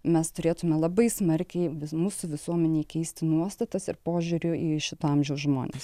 mes turėtume labai smarkiai mūsų visuomenėje keisti nuostatas ir požiūriu į šito amžiaus žmones